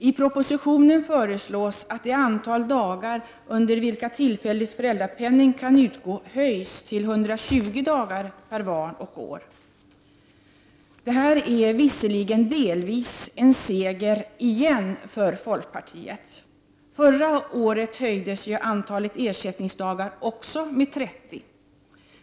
I propositionen föreslås att det antal dagar under vilka tillfällig föräldrapenning kan utgå höjs till 120 dagar per barn och år. Detta är visserligen delvis en seger igen för folkpartiet. Förra året höjdes ju antalet ersättningsdagar också med 30 dagar.